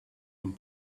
een